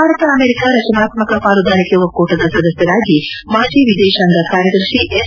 Bharat America ರಚನಾತ್ಮಕ ಪಾಲುದಾರಿಕೆ ಒಕ್ಕೂಟದ ಸದಸ್ಯರಾಗಿ ಮಾಜಿ ವಿದೇಶಾಂಗ ಕಾರ್ಯದರ್ಶಿ ಎಸ್